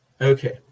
okay